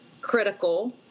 critical